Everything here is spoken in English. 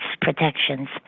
protections